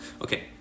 Okay